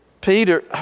Peter